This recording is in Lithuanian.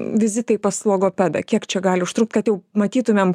vizitai pas logopedą kiek čia gali užtrukt kad jau matytumėm